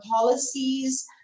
policies